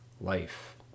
life